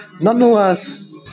Nonetheless